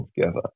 together